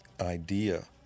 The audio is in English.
idea